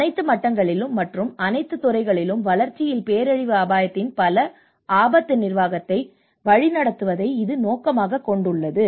அனைத்து மட்டங்களிலும் மற்றும் அனைத்து துறைகளிலும் வளர்ச்சியில் பேரழிவு அபாயத்தின் பல ஆபத்து நிர்வாகத்தை வழிநடத்துவதை இது நோக்கமாகக் கொண்டுள்ளது